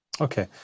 Okay